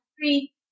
three